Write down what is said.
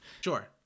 Sure